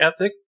ethic